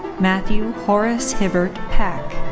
matthew horace-hibbert pack.